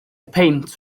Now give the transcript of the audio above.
peint